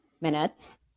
minutes